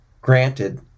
granted